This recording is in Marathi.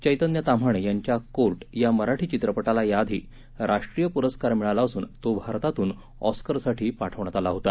चैतन्य ताम्हाणे यांच्या कोर्ट या मराठी चित्रपटाला याआधी राष्ट्रीय पुरस्कार मिळाला असून तो भारतातून ऑस्करसाठी पाठवण्यात आला होता